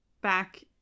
back